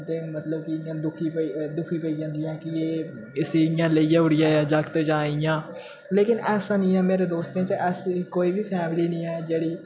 ते मतलब कि इ'यां दुखी पे दुखी पेई जांदिया कि एह् इसी इ'यां लेई आई ओड़ेआ जागत जां इ'यां लेकिन ऐसा नेईं ऐ मेरे दोस्तें च ऐसी कोई बी फैमिली नी ऐ जेह्ड़ी